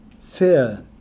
fear